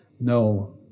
no